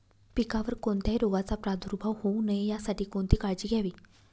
पिकावर कोणत्याही रोगाचा प्रादुर्भाव होऊ नये यासाठी कोणती काळजी घ्यावी?